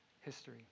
history